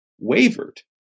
wavered